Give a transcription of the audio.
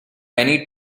many